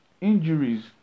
injuries